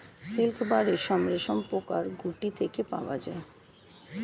silk বা রেশম রেশমপোকার গুটি থেকে পাওয়া যায়